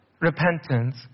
repentance